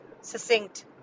succinct